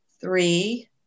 three